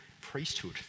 priesthood